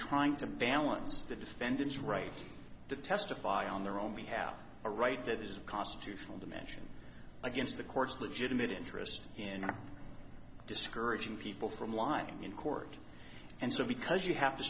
trying to balance the defendant's right to testify on their own we have a right there's a constitutional dimension against the court's legitimate interest in discouraging people from lying in court and so because you have to